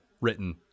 written